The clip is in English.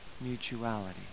mutuality